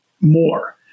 more